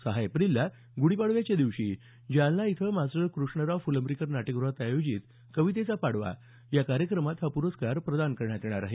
सहा एप्रिलला गुढीपाडव्याच्या दिवशी जालना इथल्या मास्टर कृष्णराव फुलंब्रीकर नाट्यगृहात आयोजित कवितेचा पाडवा या कार्यक्रमात हा पुरस्कार प्रदान करण्यात येणार आहे